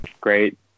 Great